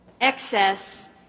excess